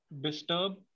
disturb